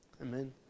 Amen